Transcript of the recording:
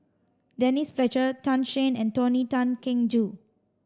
Denise Fletcher Tan Shen and Tony Tan Keng Joo